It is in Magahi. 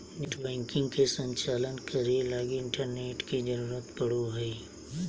नेटबैंकिंग के संचालन करे लगी इंटरनेट के जरुरत पड़ो हइ